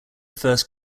first